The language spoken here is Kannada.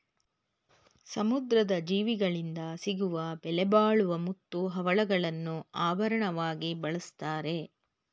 ಸಮುದ್ರದ ಜೀವಿಗಳಿಂದ ಸಿಗುವ ಬೆಲೆಬಾಳುವ ಮುತ್ತು, ಹವಳಗಳನ್ನು ಆಭರಣವಾಗಿ ಬಳ್ಸತ್ತರೆ